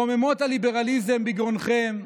רוממות הליברליזם בגרונכם.